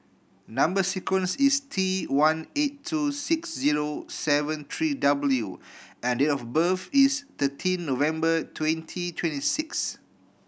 number sequence is T one eight two six zero seven three W and date of birth is thirteen November twenty twenty six